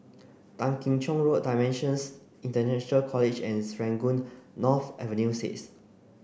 Tan Kim Cheng Road DIMENSIONS International College and Serangoon North Avenue six